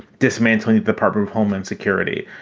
dismantling the department of homeland security.